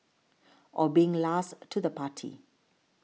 or being last to the party